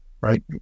right